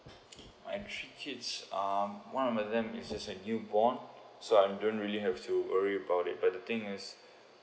my kids um one of them is just a newborn so I don't really have to worry about it but the thing is